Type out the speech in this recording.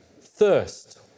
Thirst